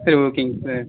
சரி ஓகேங்க சார்